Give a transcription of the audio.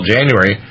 January